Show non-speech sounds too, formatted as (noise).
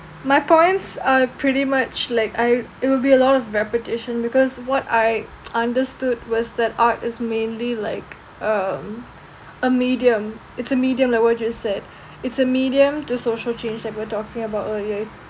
my points are pretty much like I it will be a lot of repetition because what I (noise) understood was that art is mainly like um a medium it's a medium like what you said it's a medium to social change that we're talking about earlier